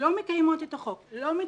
שלא מקיימות את החוק, לא מתפקדות,